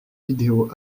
vidéo